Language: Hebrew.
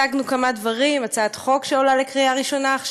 השגנו כמה דברים: הצעת חוק שעולה עכשיו לקריאה ראשונה,